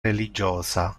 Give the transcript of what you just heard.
religiosa